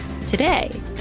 Today